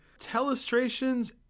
Telestrations